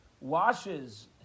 washes